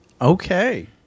Okay